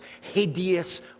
hideous